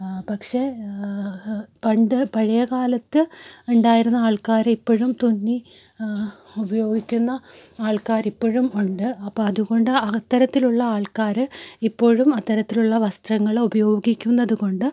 പക്ഷെ പണ്ട് പഴയകാലത്ത് ഉണ്ടായിരുന്ന ആൾക്കാർ ഇപ്പോഴും തുന്നി ഉപയോഗിക്കുന്ന ആൾക്കാർ ഇപ്പോഴും ഉണ്ട് അപ്പോൾ അതുകൊണ്ട് അത്തരത്തിലുള്ള ആൾക്കാർ ഇപ്പോഴും അത്തരത്തിലുള്ള വസ്ത്രങ്ങൾ ഉപയോഗിക്കുന്നതുകൊണ്ട്